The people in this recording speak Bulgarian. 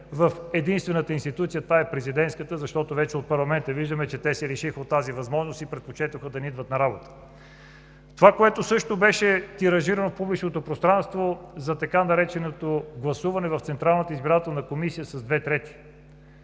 в единствената институция – това е Президентската, защото вече от парламента виждаме, че те се лишиха от тази възможност и предпочетоха да не идват на работа. За това, което също беше тиражирано в публичното пространство, за така нареченото гласуване в Централната избирателна комисия с две трети,